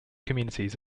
communities